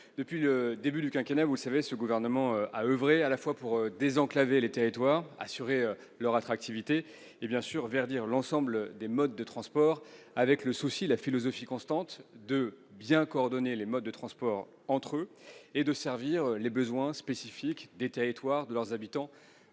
Depuis le début du quinquennat, ce gouvernement a oeuvré pour désenclaver les territoires, pour assurer leur attractivité et, bien sûr, pour verdir l'ensemble des modes de transport, avec la philosophie constante de bien coordonner les modes de transport entre eux et de servir les besoins spécifiques des territoires, de leurs habitants